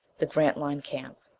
the grantline camp!